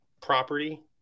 property